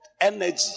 energy